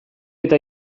eta